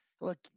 look